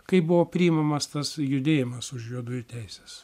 kaip buvo priimamas tas judėjimas už juodųjų teises